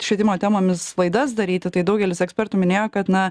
švietimo temomis laidas daryti tai daugelis ekspertų minėjo kad na